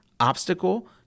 obstacle